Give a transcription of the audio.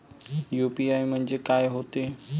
UPI म्हणजे का होते?